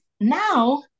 now